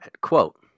Quote